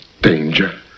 danger